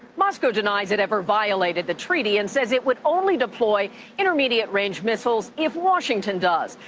moscow denied it ever violated the treaty and said it would only deploy intermediate range missiles if washington does.